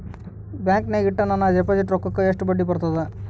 ಬ್ಯಾಂಕಿನಾಗ ಇಟ್ಟ ನನ್ನ ಡಿಪಾಸಿಟ್ ರೊಕ್ಕಕ್ಕ ಎಷ್ಟು ಬಡ್ಡಿ ಬರ್ತದ?